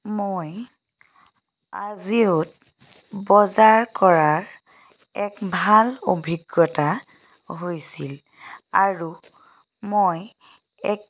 মই আজিঅ'ত বজাৰ কৰাৰ এক ভাল অভিজ্ঞতা হৈছিল আৰু মই এক